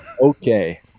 okay